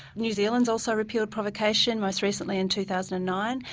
new zealand also repealed provocation, most recently in two thousand and nine.